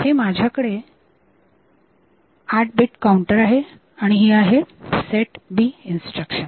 हे माझ्याकडे हा 8 bit काऊंटर आहे आणि ही आहे set B इन्स्ट्रक्शन